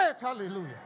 Hallelujah